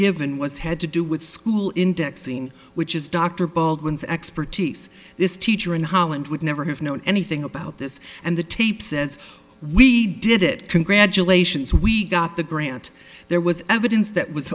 given was had to do with school indexing which is dr baldwin's expertise this teacher in holland would never have known anything about this and the tape says we did it congratulations we got the grant there was evidence that was